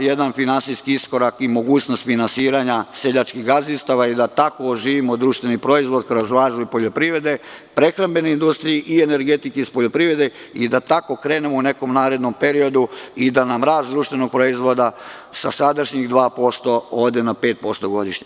jedan finansijski iskorak i mogućnost finansiranja seljačkih gazdinstava i da tako oživimo društveni proizvod kroz razvoj poljoprivrede, prehrambene industrije, energetike iz poljoprivrede i da tako krenemo u nekom narednom periodu i da nam rast društvenog proizvoda sa sadašnjih 2% ode na 5% godišnje.